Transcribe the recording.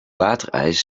waterijs